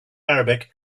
arabic